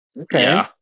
Okay